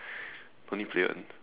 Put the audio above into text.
don't need to play [one]